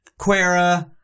Quera